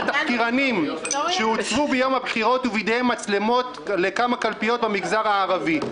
התחקירנים שהוצבו ביום הבחירות ובידיהם מצלמות בכמה קלפיות במגזר הערבי.